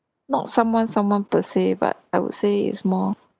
not someone someone per se but I would say is more